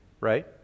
right